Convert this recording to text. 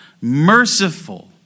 merciful